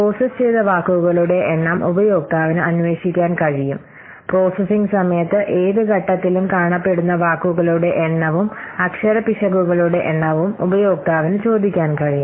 process ചെയ്ത വാക്കുകളുടെ എണ്ണം ഉപയോക്താവിന് അന്വേഷിക്കാൻ കഴിയും പ്രോസസ്സിംഗ് സമയത്ത് ഏത് ഘട്ടത്തിലും കാണപ്പെടുന്ന വാക്കുകളുടെ എണ്ണവും അക്ഷര പിശകുകളുടെ എണ്ണവും ഉപയോക്താവിന് ചോദിക്കാൻ കഴിയും